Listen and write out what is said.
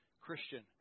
Christian